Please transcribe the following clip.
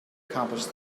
accomplish